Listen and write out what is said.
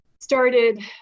started